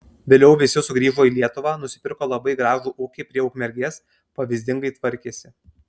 vėliau visi sugrįžo į lietuvą nusipirko labai gražų ūkį prie ukmergės pavyzdingai tvarkėsi